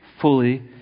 fully